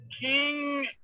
King